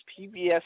PBS